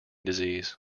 disease